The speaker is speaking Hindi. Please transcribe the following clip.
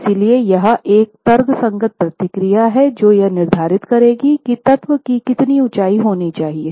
इसलिए यहां एक तर्कसंगत प्रक्रिया है जो यह निर्धारित करेगी कि तत्व की कितनी ऊंचाई होनी चाहिए